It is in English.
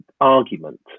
argument